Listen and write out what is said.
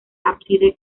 ábside